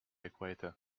equator